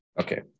Okay